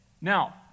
Now